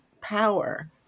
power